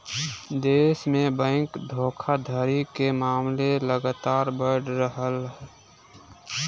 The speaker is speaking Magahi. देश में बैंक धोखाधड़ी के मामले लगातार बढ़ रहलय